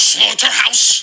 Slaughterhouse